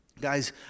Guys